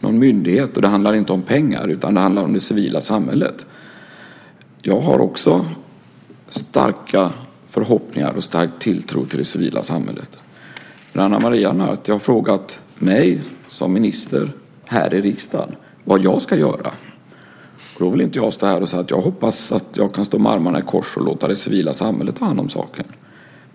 någon myndighet eller pengar utan att det handlar om det civila samhället. Jag har också starka förhoppningar och stark tilltro till det civila samhället. Ana Maria Narti har frågat mig som minister här i riksdagen vad jag ska göra. Då vill jag inte stå här och säga att jag hoppas att jag kan stå med armarna i kors och låta det civila samhället ta hand om saken.